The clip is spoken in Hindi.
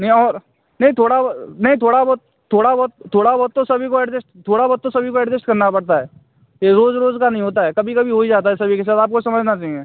नहीं और नहीं थोड़ा नहीं थोड़ा बहुत थोड़ा बहुत थोड़ा बहुत तो सभी को ऐडजेस्ट थोड़ा बहुत तो सभी को ऐडजेस्ट करना पड़ता है यह रोज़ रोज़ का नहीं होता है कभी कभी हो ही जाता है सभी के साथ आपको समझना चाहिए